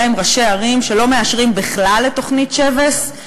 עם ראשי ערים שלא מאשרים בכלל את תוכנית שבס,